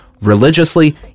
religiously